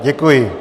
Děkuji.